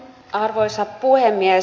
arvoisa puhemies